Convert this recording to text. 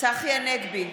צחי הנגבי,